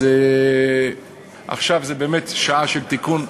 אז עכשיו זו באמת שעה של תיקון,